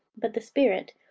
but the spirit,